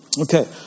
Okay